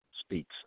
speaks